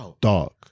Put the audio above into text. Dark